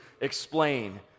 explain